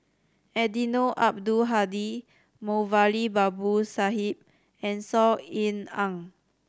Eddino Abdul Hadi Moulavi Babu Sahib and Saw Ean Ang